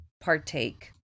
partake